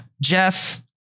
Jeff